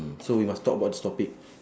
mm so we must talk about this topic